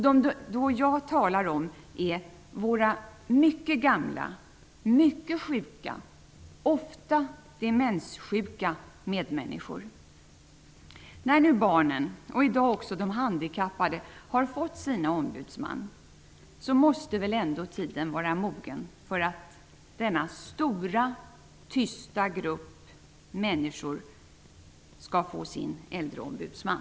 Dem jag talar om är våra mycket gamla, mycket sjuka, ofta demenssjuka medmänniskor. När nu barnen och i dag även de handikappade har fått sina ombudsmän, måste väl ändå tiden vara mogen för att denna stora tysta grupp människor skall få sin äldreombudsman.